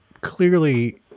clearly